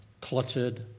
cluttered